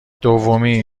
دومی